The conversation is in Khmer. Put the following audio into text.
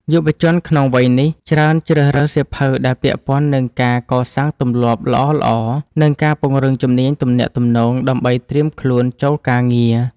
យុវជនក្នុងវ័យនេះ ច្រើនជ្រើសរើសសៀវភៅដែលពាក់ព័ន្ធនឹងការកសាងទម្លាប់ល្អៗ និងការពង្រឹងជំនាញទំនាក់ទំនងដើម្បីត្រៀមខ្លួនចូលការងារ។